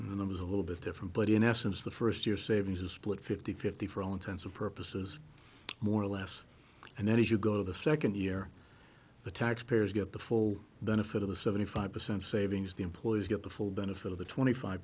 numbers a little bit different but in essence the first year savings are split fifty fifty for all intensive purposes more or less and then as you go to the second year the tax payers get the full benefit of the seventy five percent savings the employees get the full benefit of the twenty five